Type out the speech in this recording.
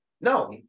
No